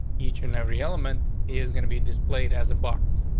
each and every element is going to be displayed as a box.